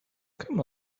come